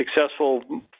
successful